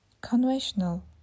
Conventional